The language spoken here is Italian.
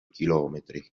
chilometri